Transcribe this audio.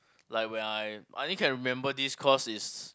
like when I I only can remember this cause is